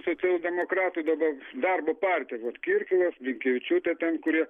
socialdemokratų daba darbo partija vot kirkilas blinkevičiūtė ten kurie